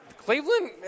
Cleveland